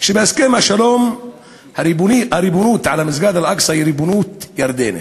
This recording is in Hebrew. שבהסכם השלום נאמר הריבונות על מסגד אל-אקצא היא ריבונות ירדנית.